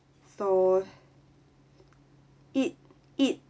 so it it